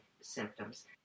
symptoms